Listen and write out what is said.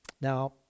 now